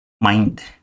mind